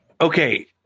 Okay